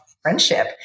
friendship